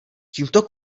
tímto